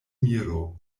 miro